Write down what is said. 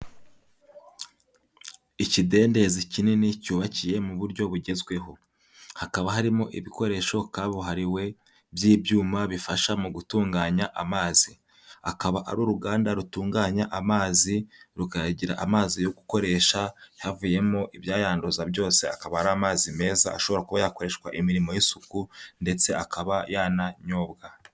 Ikidendezi kinini cyubakiye mu buryo bugezweho, hakaba harimo ibikoresho kabuhariwe by'ibyuma bifasha mu gutunganya amazi, akaba ari uruganda rutunganya amazi rukayagira amazi yo gukoresha havuyemo ibyayanduza byose akaba ari amazi meza ashobora kuba yakoreshwa imirimo y'isuku ndetse akaba yananyobwa.